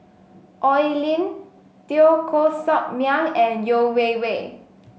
Oi Lin Teo Koh Sock Miang and Yeo Wei Wei